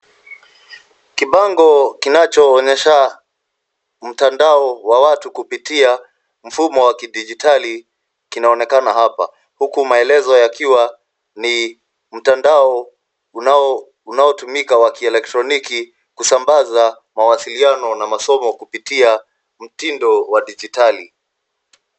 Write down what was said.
Kibango kinachoonyesha mtandao wa watu kupitia mfumo wa kidijitali kinaonekana hapa huku maelezo ni mtandao unaotumika wa kielektroniki kusambaza mawasiliano na masomo kupitia mtindo wa kidijitali.